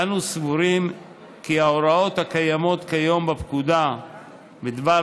אנו סבורים כי ההוראות הקיימות כיום בפקודה בדבר